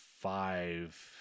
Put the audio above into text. five